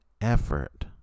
effort